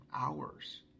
hours